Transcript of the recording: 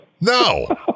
No